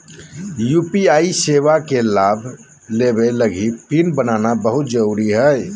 UPI सेवा के लाभ लेबे लगी पिन बनाना बहुत जरुरी हइ